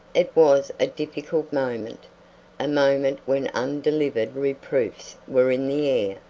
it was a difficult moment a moment when undelivered reproofs were in the